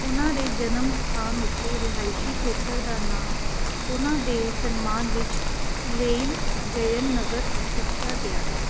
ਉਨ੍ਹਾਂ ਦੇ ਜਨਮ ਸਥਾਨ ਉੱਤੇ ਰਿਹਾਇਸ਼ੀ ਖੇਤਰ ਦਾ ਨਾਮ ਉਨ੍ਹਾਂ ਦੇ ਸਨਮਾਨ ਵਿੱਚ ਓਲੇਇਲ ਜਯਨ ਨਗਰ ਰੱਖਿਆ ਗਿਆ ਹੈ